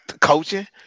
coaching